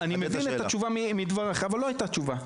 אני מבין את התשובה מדברייך, אבל לא הייתה תשובה.